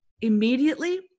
immediately